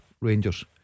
Rangers